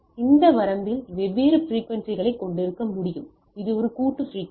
இந்த வரம்பில் வெவ்வேறு பிரிக்குவென்சிகளைக் கொண்டிருக்க முடியும் அது ஒரு கூட்டு பிரிக்குவென்சி